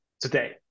today